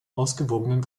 ausgewogenen